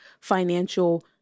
financial